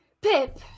Pip